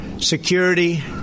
Security